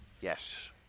Yes